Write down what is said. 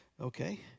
okay